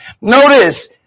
Notice